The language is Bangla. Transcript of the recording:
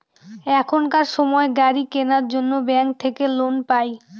এখনকার সময় গাড়ি কেনার জন্য ব্যাঙ্ক থাকে লোন পাই